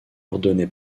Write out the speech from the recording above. ordonné